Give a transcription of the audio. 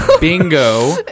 Bingo